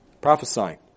prophesying